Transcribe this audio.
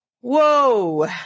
Whoa